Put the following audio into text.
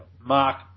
Mark